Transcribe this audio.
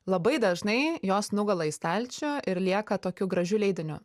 labai dažnai jos nugula į stalčių ir lieka tokiu gražiu leidiniu